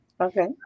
Okay